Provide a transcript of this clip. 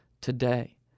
today